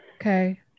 Okay